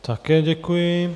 Také děkuji.